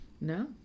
No